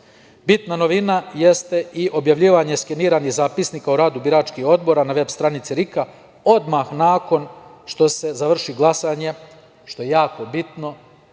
novina jeste i objavljivanje, skeniranje zapisnika o radu biračkih odbora na veb stranice RIK-a odmah nakon što se završi glasanje, što je jako bitno.